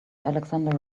alexander